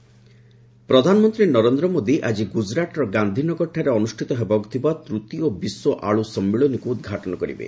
PM potato ପ୍ରଧାନମନ୍ତ୍ରୀ ନରେନ୍ଦ୍ର ମୋଦୀ ଆଜି ଗୁଜରାଟର ଗାନ୍ଧିନଗରଠାରେ ଅନୁଷ୍ଠିତ ହେବାକୁ ଥିବା ତୃତୀୟ ବିଶ୍ୱ ଆଳୁ ସମ୍ମିଳନୀକୁ ଉଦ୍ଘାଟନ କରିବେ